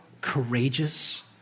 courageous